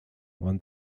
when